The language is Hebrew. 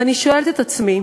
ואני שואלת את עצמי: